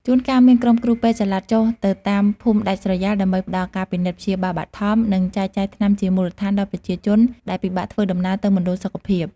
ជួនកាលមានក្រុមគ្រូពេទ្យចល័តចុះទៅតាមភូមិដាច់ស្រយាល ដើម្បីផ្ដល់ការពិនិត្យព្យាបាលបឋម និងចែកចាយថ្នាំជាមូលដ្ឋានដល់ប្រជាជនដែលពិបាកធ្វើដំណើរទៅមណ្ឌលសុខភាព។